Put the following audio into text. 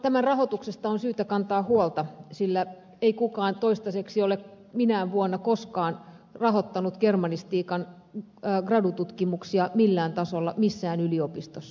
tämän rahoituksesta on syytä kantaa huolta sillä ei kukaan toistaiseksi ole minään vuonna koskaan rahoittanut germanistiikan gradututkimuksia millään tasolla missään yliopistossa